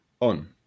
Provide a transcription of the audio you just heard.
on